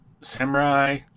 Samurai